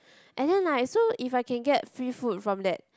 and then like so if I can get free food from that